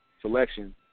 selection